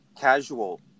casual